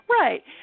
right